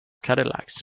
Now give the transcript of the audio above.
cadillacs